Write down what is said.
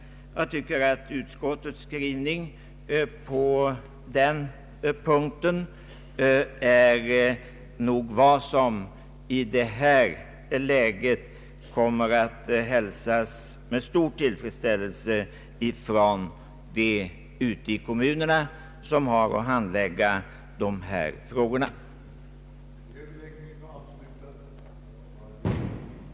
Utskottets skrivning på den punkten är nog vad som i det här läget kommer att hälsas med tillfredsställelse bland dem ute i kommunerna som har att handlägga dessa frågor. Ändringar föresloges beträffande klinikorganisationen vid sjukhus. Flera överläkare skulle kunna finnas vid samma klinik med en av dem som klinikchef. Läkare vid sjukhus skulle även kunna svara för öppen vård utanför sjukhus.